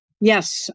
Yes